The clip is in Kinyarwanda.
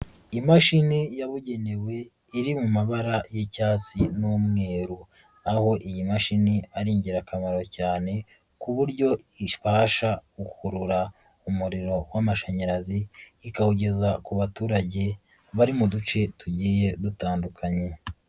Imashini yabugenewe iri mu mabara y'icyatsi n'umweru, aho iyi mashini ari ingirakamaro cyane ku buryo ibasha gukurura umuriro w'amashanyarazi ikawugeza ku baturage bari mu duce tugiye dutandukanye.